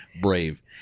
brave